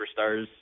superstars